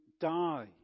die